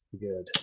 Good